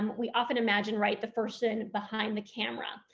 we often imagine, right, the person behind the camera,